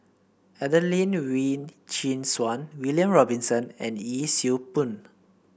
Adelene Wee Chin Suan William Robinson and Yee Siew Pun